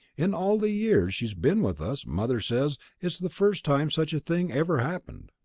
in all the years she's been with us, mother says, it's the first time such a thing ever happened.